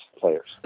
players